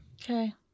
Okay